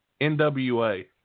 NWA